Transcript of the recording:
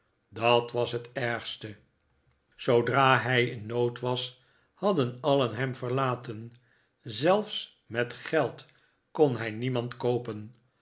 dat was het ergste zoodra hij in nood was hadden alien hem verlaten zelfs met geld kon hij niemand koopen